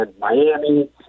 Miami